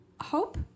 Hope